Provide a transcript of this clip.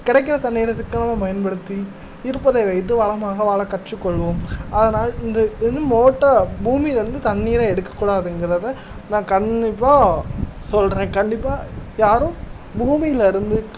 கிடைக்கிற தண்ணீர சிக்கனமாக பயன்படுத்தி இருப்பதை வைத்து வளமாக வாழ கற்றுக்கொள்வோம் அதனால் இந்த இது வந்து மோட்டார் பூமியிலருந்து தண்ணீரை எடுக்கக்கூடாதுங்கிறத நான் கண்டிப்பாக சொல்கிறேன் கண்டிப்பாக யாரும் பூமியிலிருந்து